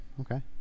Okay